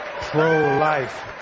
pro-life